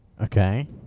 Okay